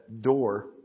door